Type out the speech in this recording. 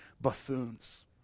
buffoons